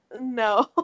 No